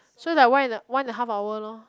so like one in a one and the half hour lor